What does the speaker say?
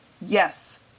Yes